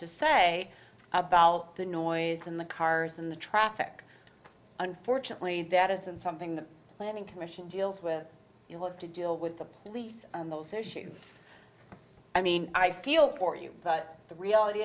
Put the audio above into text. to say about the noise and the cars and the traffic unfortunately that isn't something the planning commission deals with you have to deal with the police on those issues i mean i feel for you but the reality